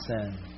sin